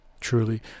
Truly